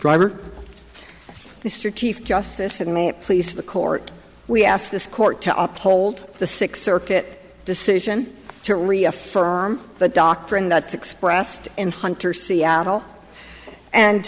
driver mr chief justice and may it please the court we ask this court to uphold the sixth circuit decision to reaffirm the doctrine that's expressed in hunter seattle and